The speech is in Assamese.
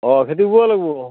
অঁ খেতি পূৰা ল'ব